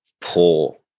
poor